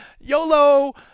YOLO